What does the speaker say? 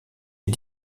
est